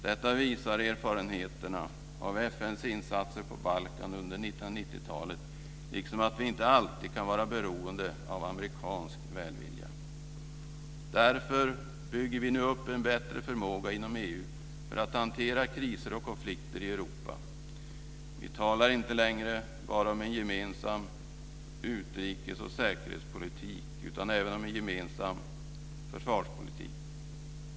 Detta visar erfarenheterna av FN:s insatser på Balkan under 1990-talet. De visar också att vi inte alltid kan vara beroende av amerikansk välvilja. Därför bygger vi nu upp en bättre förmåga inom EU för att hantera kriser och konflikter i Europa. Vi talar inte längre bara om en gemensam utrikes och säkerhetspolitik utan även om en gemensam försvarspolitik.